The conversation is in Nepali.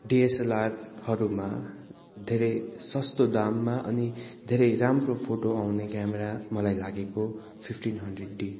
डीएसएलआरहरूमा धेरै सस्तो दाममा अनि धेरै राम्रो फोटो आउने क्यामेरा मलाई लागेको फिफ्टिन ङन्ड्रेड डी